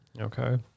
Okay